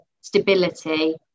stability